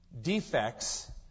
defects